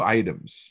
items